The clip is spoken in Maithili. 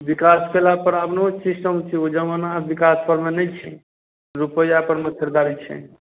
विकास कयलापर आबो सिस्टम छै ओ जमाना विकास परमे नहि छै रुपैआ परमे खरीदारी छै